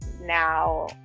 now